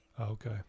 Okay